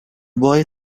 boy